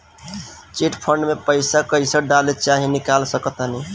Chit fund मे पईसा कईसे डाल चाहे निकाल सकत बानी?